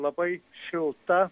labai šilta